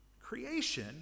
Creation